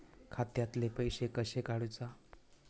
खात्यातले पैसे कशे काडूचा?